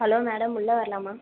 hello madam உள்ளே வரலாமா